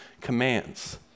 commands